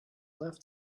left